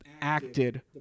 acted